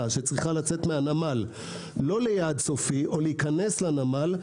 שצריכה לצאת מהנמל לא ליעד סופי או להיכנס לנמל,